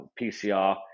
pcr